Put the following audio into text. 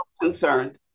concerned